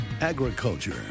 agriculture